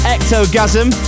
Ectogasm